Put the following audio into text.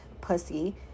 pussy